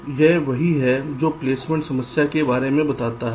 तो यह वही है जो प्लेसमेंट समस्या के बारे में बताता है